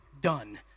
done